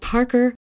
Parker